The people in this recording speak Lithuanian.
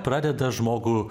pradeda žmogų